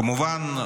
כמובן,